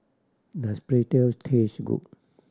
does Pretzel taste good